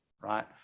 right